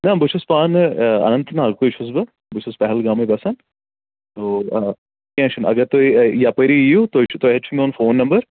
نہ بہٕ چھُس پانہٕ اننت ناگکُے چھُس بہٕ بہٕ چھُس پہلگامٕے بَسان تو آ کیٚنٛہہ چھُنہٕ اگر تُہۍ یَپٲری یِیِو تُہۍ چھُ تۄہہِ ہے چھُ میون فون نمبر